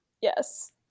Yes